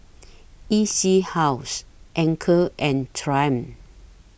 E C House Anchor and Triumph